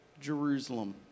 Jerusalem